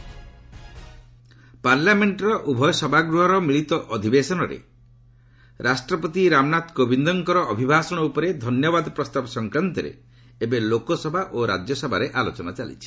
parliament ପାର୍ଲାମେଣ୍ଟର ଉଭୟ ସଭାଗୃହର ମିଳିତ ଅଧିବେଶନରେ ରାଷ୍ଟ୍ରପତି ରାମନାଥ କୋବିନ୍ଦଙ୍କର ଅଭିଭାଷଣ ଉପରେ ଧନ୍ୟବାଦ ପ୍ରସ୍ତାବ ସଂକ୍ରାନ୍ତରେ ଏବେ ଆଲୋଚନା ଚାଲିଛି